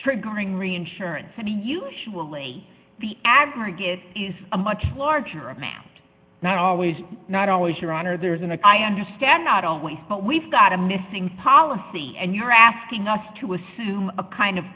triggering reinsurance and he usually the aggregate is a much larger amount not always not always your honor there is and i understand not always but we've got a missing policy and you're asking us to assume a kind of